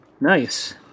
Nice